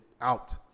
out